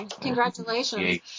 congratulations